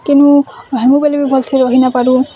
କେନୁ ରହିମୁଁ ବୋଲି ବି ରହି ନ ପାରୁ